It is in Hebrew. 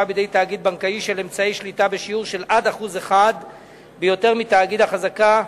בידי תאגיד בנקאי של אמצעי שליטה בשיעור של עד 1% ביותר מתאגיד החזקה